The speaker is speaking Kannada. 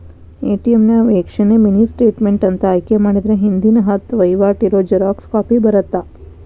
ಎ.ಟಿ.ಎಂ ನ್ಯಾಗ ವೇಕ್ಷಣೆ ಮಿನಿ ಸ್ಟೇಟ್ಮೆಂಟ್ ಅಂತ ಆಯ್ಕೆ ಮಾಡಿದ್ರ ಹಿಂದಿನ ಹತ್ತ ವಹಿವಾಟ್ ಇರೋ ಜೆರಾಕ್ಸ್ ಕಾಪಿ ಬರತ್ತಾ